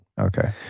Okay